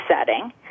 setting